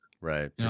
Right